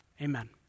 Amen